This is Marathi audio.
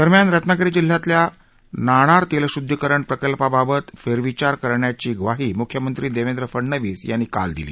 दरम्यान रत्नागिरी जिल्ह्यातल्या नाणार तेलशुद्धीकरण प्रकल्पाबाबत फेरविचार करण्याची ग्वाही मुख्यमंत्री देवेंद्र फडणवीस यांनी काल दिली